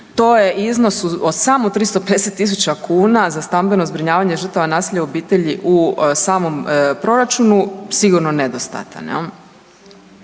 To je iznos od samo 350 tisuća kuna za stambeno zbrinjavanje žrtava nasilja u obitelji u samom proračunu, sigurno nedostatan,